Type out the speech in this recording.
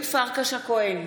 איזו הצבעה זו?